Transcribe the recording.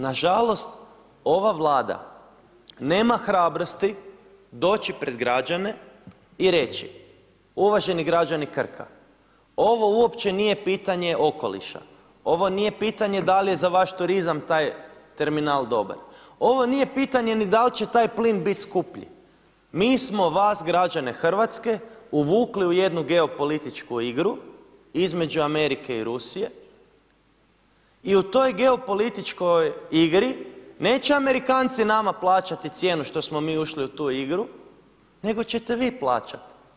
Nažalost, ova Vlada nema hrabrosti doći pred građane i reći, uvaženi građani Krka, ovo uopće nije pitanje okoliša, ovo nije pitanje da li je za vaš turizam taj terminal dobar, ovo nije pitanje ni da li će taj plin biti skuplji, mi smo vas građane Hrvatske uvukli u jednu geopolitičku igru između Amerike i Rusije i u toj geopolitičkoj igri neće Amerikanci nama plaćati cijenu što smo mi ušli u tu igru nego ćete vi plaćati.